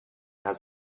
has